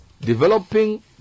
Developing